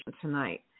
tonight